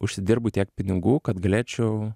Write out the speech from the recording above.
užsidirbu tiek pinigų kad galėčiau